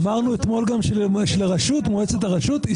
אמרנו אתמול גם שמועצת הרשות היא